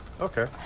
okay